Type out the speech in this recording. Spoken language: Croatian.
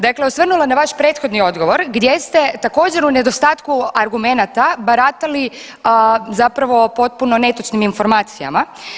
Dakle, osvrnula na vaš prethodni odgovor gdje ste također u nedostatku argumenata baratali zapravo potpuno netočnim informacijama.